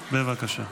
בבקשה.